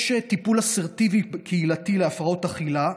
יש טיפול אסרטיבי קהילתי להפרעות אכילה,